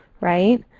right?